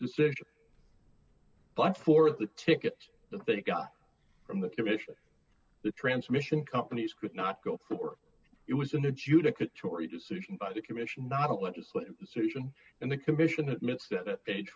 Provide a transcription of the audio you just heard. decision but for the ticket the thing got from the commission the transmission companies could not go for it was an adjudicatory decision by the commission not legislative decision and the commission admits that age